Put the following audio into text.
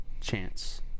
chance